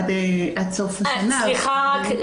עד סוף השנה- -- סליחה רגע,